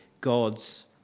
God's